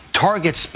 targets